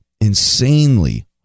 insanely